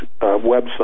website